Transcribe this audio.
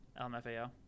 LMFAO